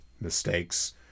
mistakes